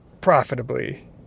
profitably